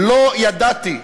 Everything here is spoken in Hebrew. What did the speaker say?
לא ידעתי,